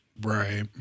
Right